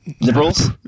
liberals